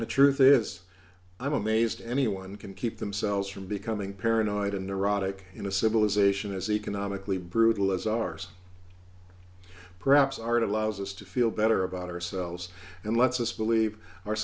the truth is i'm amazed anyone can keep themselves from becoming paranoid and neurotic in a civilization as economically brutal as ours perhaps are it allows us to feel better about ourselves and lets us believe our